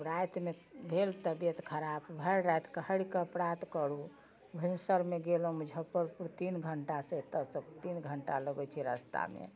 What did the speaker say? आब रातिमे भेल तबियत खराब भरि राति कहरके प्रात करू भिनसरमे गेलहुँ मुजफ्फरपुर तीन घण्टा से एतौ सँ तीन घण्टा लगै छै रस्तामे